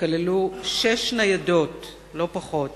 שכללו שש ניידות, לא פחות,